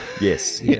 yes